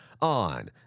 on